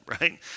right